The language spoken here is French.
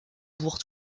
bourg